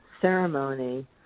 ceremony